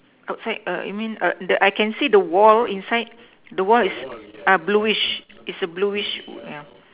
outside err you mean err the I can see the wall inside the wall is a bluish is a bluish yeah